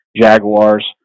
Jaguars